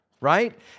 right